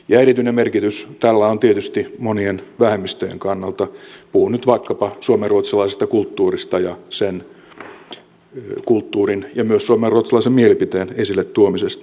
erityinen merkitys tällä on tietysti monien vähemmistöjen kannalta puhun nyt vaikkapa suomenruotsalaisesta kulttuurista ja sen kulttuurin ja myös suomenruotsalaisen mielipiteen esille tuomisesta